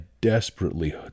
desperately